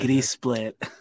split